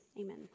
amen